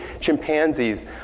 chimpanzees